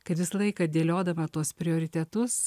kad visą laiką dėliodama tuos prioritetus